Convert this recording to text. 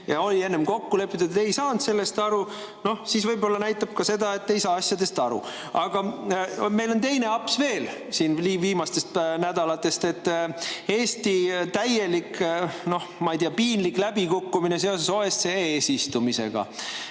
see oli enne kokku lepitud, aga teie ei saanud sellest aru, siis võib-olla näitab see ka seda, et te ei saa asjadest aru. Aga meil on teine aps veel viimastest nädalatest: Eesti täiesti, ma ei tea, piinlik läbikukkumine seoses OSCE eesistumisega.